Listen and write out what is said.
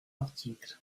article